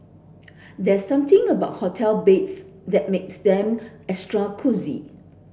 there's something about hotel beds that makes them extra cosy